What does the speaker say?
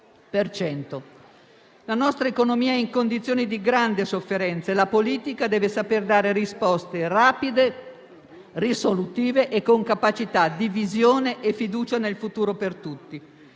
per cento. La nostra economia è in condizioni di grande sofferenza e la politica deve saper dare risposte rapide, risolutive e con capacità di visione e fiducia nel futuro per tutti.